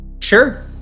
sure